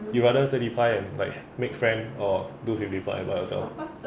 you rather thirty five and like make friend or do fifty five by yourself